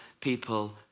people